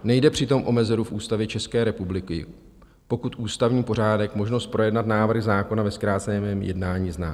Nejde přitom o mezeru v Ústavě České republiky, pokud ústavní pořádek možnost projednat návrh zákona ve zkráceném jednání zná.